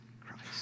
Christ